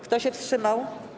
Kto się wstrzymał?